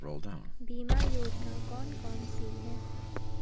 बीमा योजना कौन कौनसी हैं?